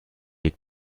weg